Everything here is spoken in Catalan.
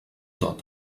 tot